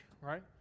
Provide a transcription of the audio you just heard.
right